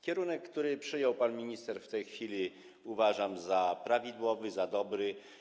Kierunek, który przyjął pan minister w tej chwili, uważam za prawidłowy, za dobry.